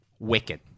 wicked